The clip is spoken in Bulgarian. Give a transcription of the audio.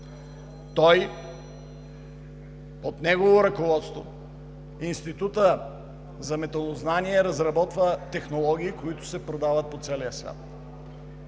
Под негово ръководство Институтът за металознание разработва технологии, които се продават по целия свят.